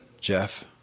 Jeff